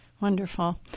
Wonderful